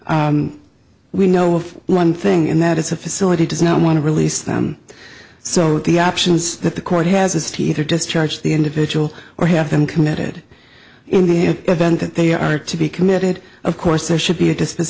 court we know of one thing and that is a facility does not want to release them so the options that the court has is teeth or discharge the individual or have them committed in the here event that they are to be committed of course there should be a dis